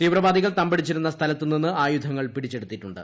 തീവ്രവാദികൾ തമ്പടിച്ചിരുന്ന സ്ഥലത്ത് നിന്ന് ആയുധങ്ങൾ പിടിച്ചെടുത്തിട്ടുണ്ട്